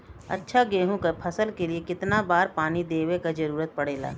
अच्छा गेहूँ क फसल के लिए कितना बार पानी देवे क जरूरत पड़ेला?